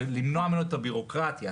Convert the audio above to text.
למנוע ממנו את הביורוקרטיה,